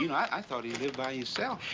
you know i i thought he lived by hisself.